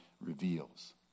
reveals